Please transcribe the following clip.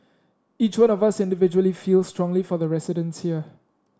each one of us individually feels strongly for the residents here